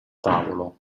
tavolo